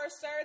sir